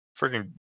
Freaking